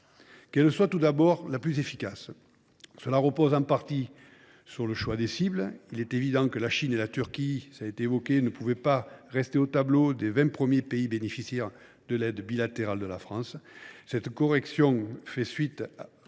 Qu’elle soit tout d’abord la plus efficace possible. Cela repose en partie sur le choix de ses cibles : il est évident que la Chine et la Turquie ne pouvaient pas rester au tableau des vingt premiers pays bénéficiaires de l’aide bilatérale de la France. Cette correction fait suite au